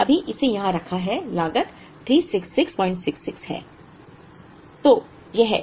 हमने अभी इसे यहां रखा है लागत 36666 है